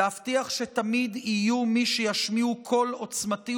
להבטיח שתמיד יהיו מי שישמיעו קול עוצמתי